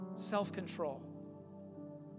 Self-control